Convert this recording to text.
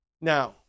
Now